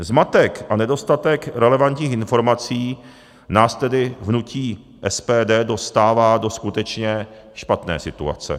Zmatek a nedostatek relevantních informací nás tedy v hnutí SPD dostává do skutečně špatné situace.